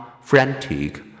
frantic